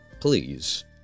please